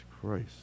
christ